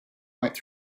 through